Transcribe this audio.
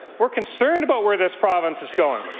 we're concerned about where this province is going.